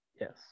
yes